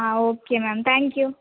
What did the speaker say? ആ okay ma'am thank you